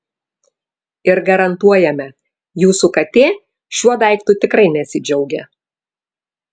ir garantuojame jūsų katė šiuo daiktu tikrai nesidžiaugė